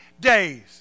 days